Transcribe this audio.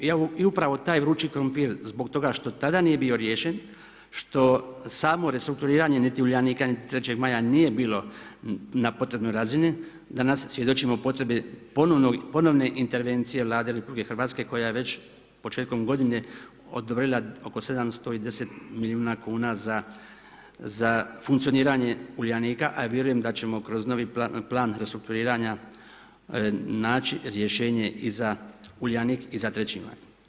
I evo i upravo taj vrući krumpir zbog toga što tada nije bio riješen, što samo restrukturiranje niti Uljanika niti 3. Maja nije bilo na potrebnoj razini danas svjedočimo potrebi ponovne intervencije Vlade RH koja je već početkom godine odobrila oko 710 milijuna kuna za funkcioniranje Uljanika a vjerujem da ćemo kroz novi plan restrukturiranja naći rješenje i za Uljanik i za 3. Maj.